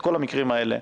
את כל המקרים האלה,